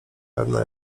pewna